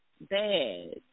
bad